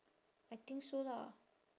I think so lah